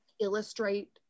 illustrate